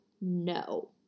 no